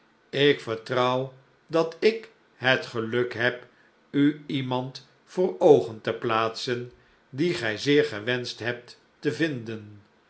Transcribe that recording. ik vertrouw dat ik het geluk heb u iemand voor oogen te plaatsen die gij zeer gewenscht hebt te vinden